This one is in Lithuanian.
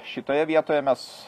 šitoje vietoje mes